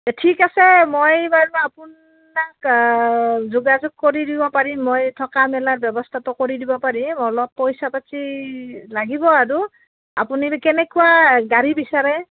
ঠিক আছে মই বাৰু আপোনাক যোগাযোগ কৰি দিব পাৰিম মই থকা মেলাৰ ব্যৱস্থাটো কৰি দিব পাৰিম অলপ পইচা পাতি লাগিব আৰু আপুনি কেনেকুৱা গাড়ী বিচাৰে